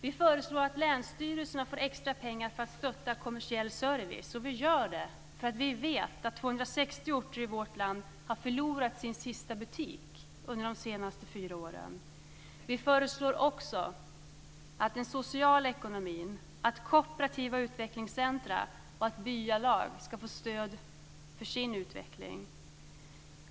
Vi föreslår att länsstyrelserna får extra pengar för att stötta kommersiell service. Vi gör det för att vi vet att 260 orter i vårt land har förlorat sin sista butik under de senaste fyra åren. Vi föreslår också att den sociala ekonomin, kooperativa utvecklingscentrum och byalag ska få stöd för sin utveckling.